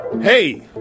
Hey